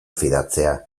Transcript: fidatzea